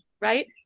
right